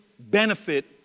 benefit